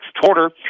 quarter